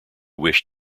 wished